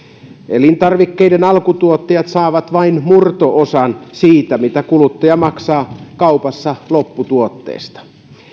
elintarvikkeiden alkutuottajat saavat vain murto osan siitä mitä kuluttaja maksaa kaupassa lopputuotteesta